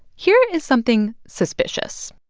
here is something suspicious.